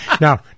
Now